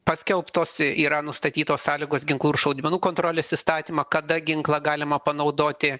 paskelbtos yra nustatytos sąlygos ginklų ir šaudmenų kontrolės įstatymą kada ginklą galima panaudoti